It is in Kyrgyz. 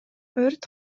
өрт